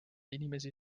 inimesi